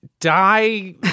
die